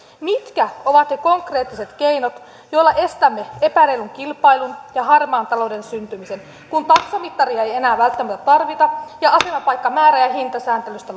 mitkä ovat ne konkreettiset keinot joilla estämme epäreilun kilpailun ja harmaan talouden syntymisen kun taksamittaria ei enää välttämättä tarvita ja asemapaikka määrä ja hintasääntelystä